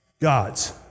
gods